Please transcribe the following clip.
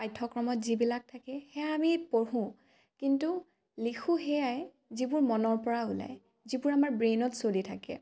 পাঠ্যক্ৰমত যিবিলাক থাকে সেয়া আমি পঢ়োঁ কিন্তু লিখোঁ সেয়াই যিবোৰ মনৰ পৰা ওলায় যিবোৰ আমাৰ ব্ৰেইনত চলি থাকে